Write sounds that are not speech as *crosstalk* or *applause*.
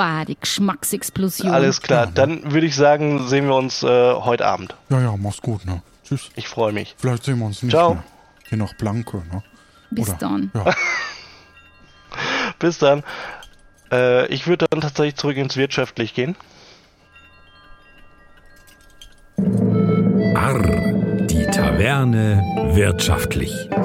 die Geschmacksexplosion. Alles klar. Ja, ne? Dann würd ich sagen, sehen wir uns, äh, heute Abend. Ja, ja, mach's gut, ne? Tschüss. Ich freu mich. Vielleicht sehen wir uns nicht Ciao. mehr. Hier noch Blanco, ne? Bis Oder- dann. ja. *laughs* Bis dann. Äh, ich würd dann tatsächlich zurück ins Wirtschaftlich gehen. Arr, die Taverne Wirtschaftlich.